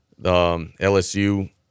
LSU